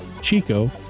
Chico